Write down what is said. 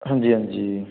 ਹਾਂਜੀ ਹਾਂਜੀ